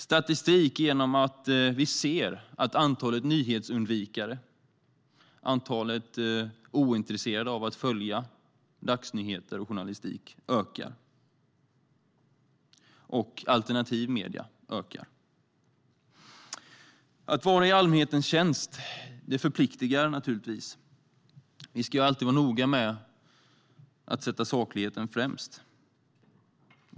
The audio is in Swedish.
Vi ser i statistiken att antalet nyhetsundvikare, alltså de som är ointresserade av att följa dagsnyheter och journalistik, ökar och att alternativa medier ökar. Att vara i allmänhetens tjänst förpliktar. Vi ska alltid vara noga med att sätta sakligheten främst.